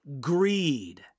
greed